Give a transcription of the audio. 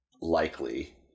likely